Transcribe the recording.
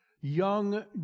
young